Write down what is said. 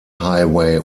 highway